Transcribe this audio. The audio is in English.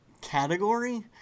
category